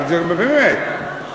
נו, באמת.